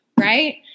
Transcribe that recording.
right